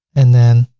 and then,